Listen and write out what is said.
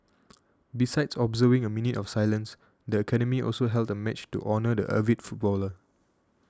besides observing a minute of silence the academy also held a match to honour the avid footballer